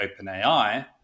OpenAI